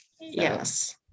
Yes